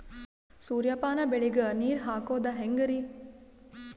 ಸೂರ್ಯಪಾನ ಬೆಳಿಗ ನೀರ್ ಹಾಕೋದ ಹೆಂಗರಿ?